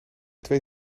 twee